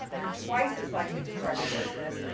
they're twice as likely to start a business.